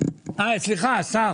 בקשה.